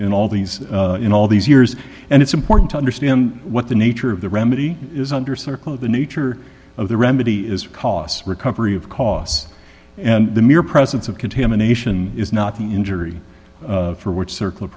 in all these in all these years and it's important to understand what the nature of the remedy is under circle the nature of the remedy is cost recovery of costs and the mere presence of contamination is not the injury for which circle